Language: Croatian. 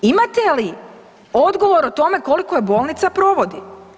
Imate li odgovor o tome koliko je bolnica provodi.